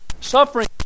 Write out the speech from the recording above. Suffering